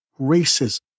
racism